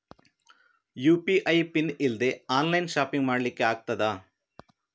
UPI PIN ಇಲ್ದೆ online shopping ಮಾಡ್ಲಿಕ್ಕೆ ಆಗ್ತದಾ?